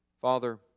Father